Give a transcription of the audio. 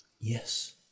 Yes